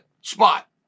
spot